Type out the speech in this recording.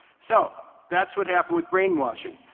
so that's what happened with brainwashing.